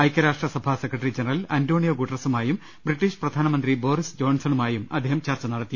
ഐക്യരാഷ്ട്ര സഭാ secretary general Antonio ഗൂട്ടറസുമായും ബ്രിട്ടീഷ് പ്രധാനമന്ത്രി ബോറിസ് ജോൺസണുമായും അദ്ദേഹം ചർച്ച നടത്തി